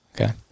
Okay